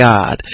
God